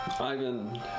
Ivan